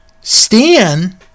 stan